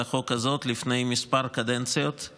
את הצעת החוק הזאת לפני כמה קדנציות,